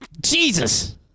Jesus